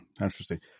Interesting